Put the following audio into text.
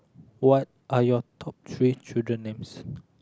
what are your top three children names